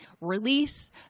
release